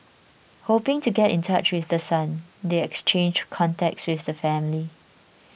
hoping to get in touch with the son they exchanged contacts with the family